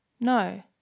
No